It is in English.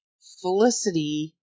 Felicity